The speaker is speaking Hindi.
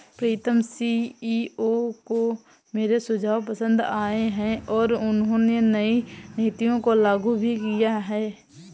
प्रीतम सी.ई.ओ को मेरे सुझाव पसंद आए हैं और उन्होंने नई नीतियों को लागू भी किया हैं